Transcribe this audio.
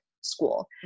school